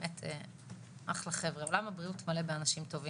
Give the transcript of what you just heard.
באמת אחלה חבר'ה, עולם הבריאות מלא באנשים טובים.